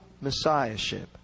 Messiahship